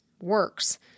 works